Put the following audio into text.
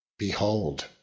Behold